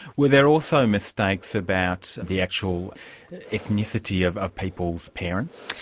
were there also mistakes about the actual ethnicity of of people's parents?